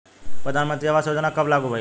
प्रधानमंत्री आवास योजना कब लागू भइल?